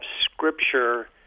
Scripture